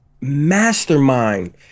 mastermind